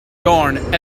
yarn